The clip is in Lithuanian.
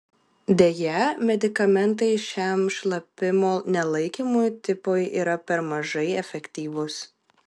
deja medikamentai šiam šlapimo nelaikymo tipui yra per mažai efektyvūs